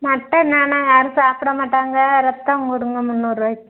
mutton வேண்ணா யாரும் சாப்பிட மாட்டாங்க இரத்தம் கொடுங்க முன்னூறு ரூபாய்க்கி